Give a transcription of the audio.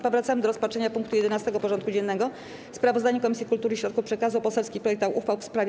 Powracamy do rozpatrzenia punktu 11. porządku dziennego: Sprawozdanie Komisji Kultury i Środków Przekazu o poselskich projektach uchwał w sprawie: